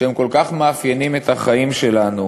שכל כך מאפיינים את החיים שלנו,